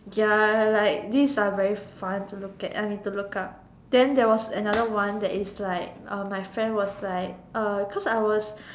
ya like these are very fun to look at I mean to look up then there was another one that is like uh my friend was like uh cause I was